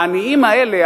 העניים האלה,